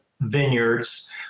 vineyards